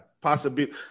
possibility